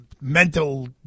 mental